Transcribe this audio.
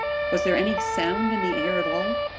was there any sound in the air at all?